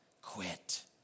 quit